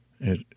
It